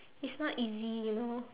it's not easy you know